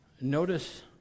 Notice